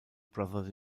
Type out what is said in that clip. brothers